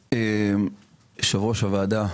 יושב ראש הוועדה.